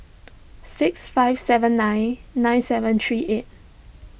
six five seven nine nine seven three eight